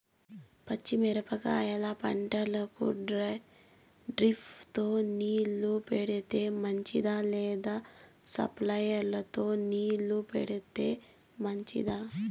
పచ్చి మిరపకాయ పంటకు డ్రిప్ తో నీళ్లు పెడితే మంచిదా లేదా స్ప్రింక్లర్లు తో నీళ్లు పెడితే మంచిదా?